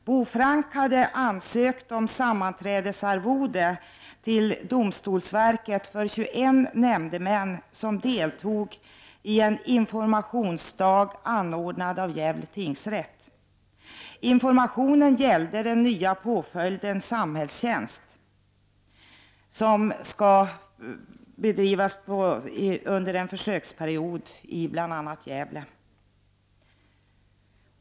Bo Frank hade hos domstolsverket ansökt om sammanträdesarvode för 21 nämndemän som deltog vid en informationsdag, anordnad av Gävle tingsrätt. Informationen gällde den nya påföljden ”samhällstjänst”, som en tid skall prövas i bl.a. Gävle.